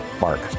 Mark